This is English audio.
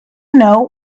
know